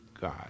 God